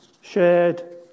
shared